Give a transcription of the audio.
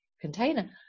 container